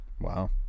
Wow